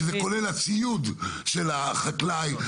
כולל הציוד של החקלאי?